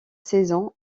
saisons